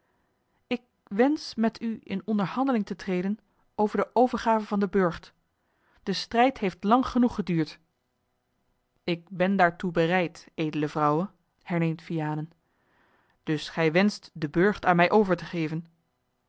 ik wensch met u in onderhandeling te treden over de overgave van den burcht de strijd heeft lang genoeg geduurd ik ben daartoe bereid edele vrouwe herneemt vianen dus wenscht gij den burcht aan mij over te geven